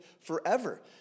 forever